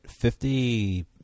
fifty